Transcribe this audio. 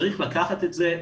צריך לקחת את זה,